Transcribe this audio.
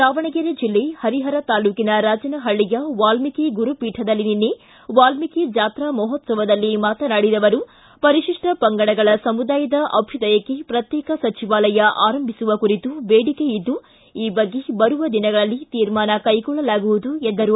ದಾವಣಗೆರೆ ಜಿಲ್ಲೆ ಪರಿಪರ ತಾಲೂಕಿನ ರಾಜನಪಳ್ಳಿಯ ವಾಲ್ಮೀಕಿ ಗುರುಪೀಠದಲ್ಲಿ ನಿನ್ನೆ ವಾಲ್ಮೀಕಿ ಜಾತ್ರಾ ಮಹೋತ್ಸವದಲ್ಲಿ ಮಾತನಾಡಿದ ಅವರು ಪರಿಶಿಷ್ಟ ಪಂಗಡಗಳ ಸಮುದಾಯದ ಅಭ್ಯದಯಕ್ಕೆ ಪ್ರತ್ಯೇಕ ಸಚಿವಾಲಯ ಆರಂಭಿಸುವ ಕುರಿತು ಬೇಡಿಕೆ ಇದ್ದು ಈ ಬಗ್ಗೆ ಬರುವ ದಿನಗಳಲ್ಲಿ ತೀರ್ಮಾನ ಕೈಗೊಳ್ಳಲಾಗುವುದು ಎಂದರು